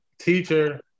teacher